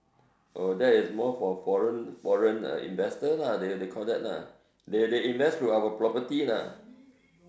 oh that is more for foreign foreign uh investor lah they they call that lah they they invest through our property lah